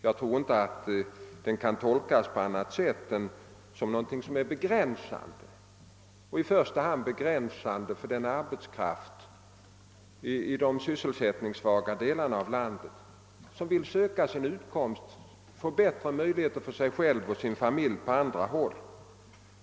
Jag tror inte att det kan tolkas på annat sätt än som någonting begränsande, i första hand för den arbetskraft i de sysselsättningsvaga delarna av landet som vill söka bättre möjligheter för sig själva och sina familjer på andra håll.